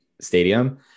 stadium